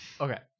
okay